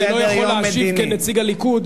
כי אני לא יכול להשיב כנציג הליכוד.